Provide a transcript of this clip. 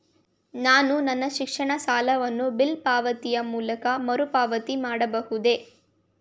ನಾನು ನನ್ನ ಶಿಕ್ಷಣ ಸಾಲವನ್ನು ಬಿಲ್ ಪಾವತಿಯ ಮೂಲಕ ಮರುಪಾವತಿ ಮಾಡಬಹುದೇ?